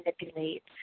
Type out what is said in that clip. manipulate